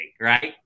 right